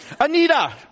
Anita